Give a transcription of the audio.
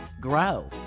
grow